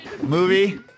movie